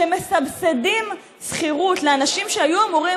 שמסבסדים שכירות לאנשים שהיו אמורים